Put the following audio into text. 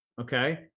okay